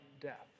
death